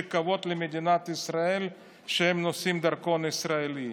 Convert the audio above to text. שכבוד למדינת ישראל שהם נושאים דרכון ישראלי,